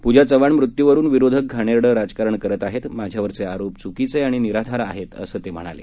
पूजा चव्हाण मृत्यूवरून विरोधक घाणेरडं राजकारण करत आहेत माझ्यावरचे आरोप चुकीचे आणि निराधार आहेत असं ते म्हणाले